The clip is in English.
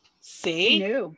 see